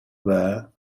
were